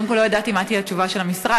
קודם כול, לא ידעתי מה תהיה התשובה של המשרד.